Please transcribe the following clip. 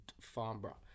Farnborough